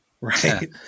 right